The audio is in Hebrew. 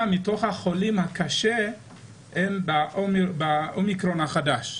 מתוך החולים האלה חלו ב-אומיקרון החדש.